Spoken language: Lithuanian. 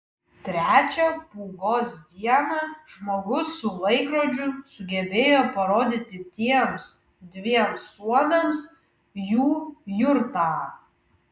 trečią pūgos dieną žmogus su laikrodžiu sugebėjo parodyti tiems dviem suomiams jų jurtą